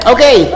Okay